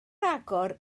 agor